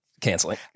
canceling